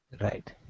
Right